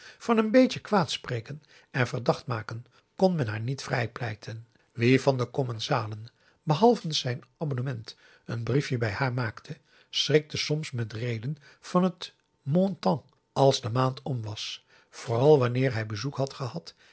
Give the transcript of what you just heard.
van n beetje kwaadspreken en verdacht maken kon men haar niet vrij pleiten wie van de commensalen behalve zijn abonnement een briefje bij haar maakte schrikte soms met reden van het montant als de maand om was vooral wanneer hij bezoek had gehad